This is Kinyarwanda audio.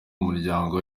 muryango